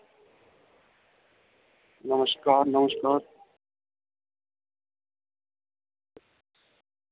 नमस्कार नमस्कार